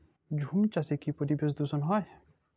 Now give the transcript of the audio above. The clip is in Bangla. ঝুম চাষে কি পরিবেশ দূষন হয়?